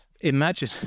imagine